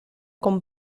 con